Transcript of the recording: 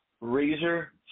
razor